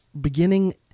beginning